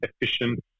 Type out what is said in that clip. efficient